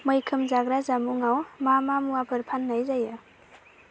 मैखोम जाग्रा जामुंआव मा मा मुवाफोर फान्नाय जायो